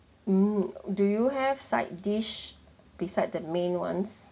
mm do you have side dish beside that main [ones]